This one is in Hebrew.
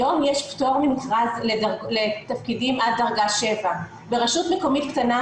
היום יש פטור ממכרז לתפקידים עד דרגה 7. ברשות מקומית קטנה,